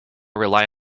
rely